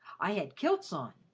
i had kilts on.